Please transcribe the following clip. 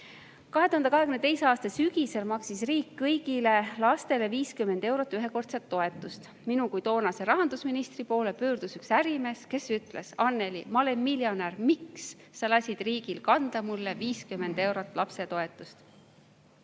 2022. aasta sügisel maksis riik kõigile lastele 50 eurot ühekordset toetust. Minu kui toonase rahandusministri poole pöördus üks ärimees, kes ütles: "Annely, ma olen miljonär. Miks sa lasid riigil kanda minu [kontole] 50 eurot lapsetoetust?"Ma